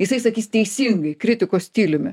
jisai sakys teisingai kritiko stiliumi